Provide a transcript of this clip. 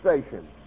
station